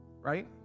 right